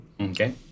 Okay